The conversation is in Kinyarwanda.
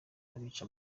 abica